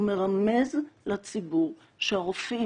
הוא מרמז לציבור שהרופאים,